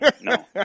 No